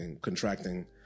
contracting